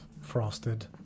frosted